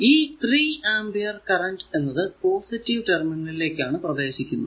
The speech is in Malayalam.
ഈ 3 ആമ്പിയർ കറന്റ് എന്നത് പോസിറ്റീവ് ടെർമിനൽ ലേക്കാണ് പ്രവേശിക്കുന്നത്